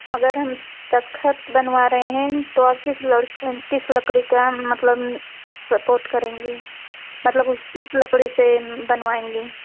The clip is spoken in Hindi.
अगर हम तखत बनवा रहे हैं तो आप किस लड़क तो आप किस लकड़ी का मतलब सपोर्ट करेंगी मतलब उस लकड़ी से बनवाएंगी